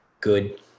good